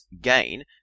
gain